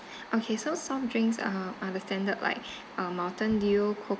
okay so some drinks are under standard like uh mountain dew